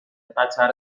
قطر